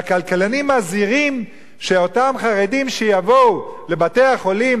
והכלכלנים מזהירים שאותם חרדים שיבואו לבתי-החולים